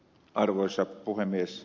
arvoisa puhemies